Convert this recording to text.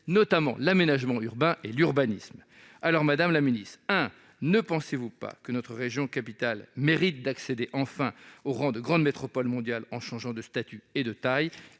notamment l'aménagement urbain et l'urbanisme. Madame la ministre, ne pensez-vous pas que notre région capitale mérite d'accéder, enfin, au rang de grande métropole mondiale, en changeant de statut et de taille ?